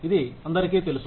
ఇది అందరికీ తెలుసు